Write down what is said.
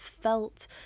felt